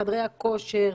חדרי הכושר,